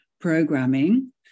programming